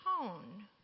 tone